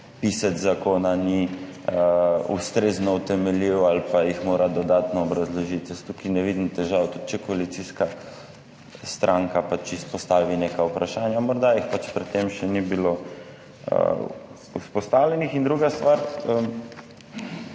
pisec zakona ni ustrezno utemeljil ali pa jih mora dodatno obrazložiti. Jaz tukaj ne vidim težav, tudi če koalicijska stranka izpostavi neka vprašanja, morda jih pred tem še ni bilo vzpostavljenih. Druga stvar,